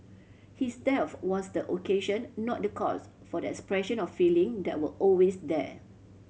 his death was the occasion not the cause for the expression of feeling that were always there